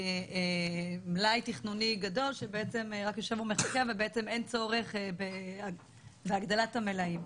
מלאי תכנוני גדול שרק יושב ומחכה ואין צורך בהגדלת המלאים.